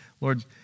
Lord